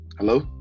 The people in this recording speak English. Hello